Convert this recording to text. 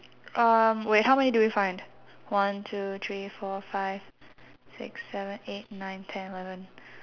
um wait how many do we find one two three four five six seven eight nine ten eleven